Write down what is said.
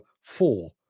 four